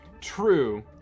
True